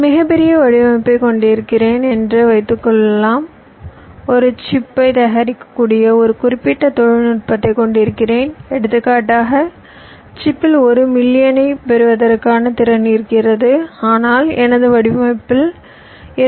ஒரு மிகப் பெரிய வடிவமைப்பைக் கொண்டிருக்கிறேன் என்று வைத்துக்கொள்ளலாம் ஒரு சிப்பைத் தயாரிக்கக்கூடிய ஒரு குறிப்பிட்ட தொழில்நுட்பத்தைக் கொண்டிருக்கிறேன் எடுத்துக்காட்டாக சிப்பில் 1 மில்லியனைப் பெறுவதற்கான திறன் இருக்கிறது ஆனால் எனது வடிவமைப்பில் 2